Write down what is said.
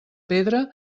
pedra